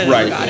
Right